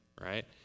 right